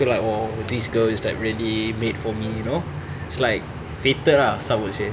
I feel like oh this girl is like really made for me you know it's like fated ah some would say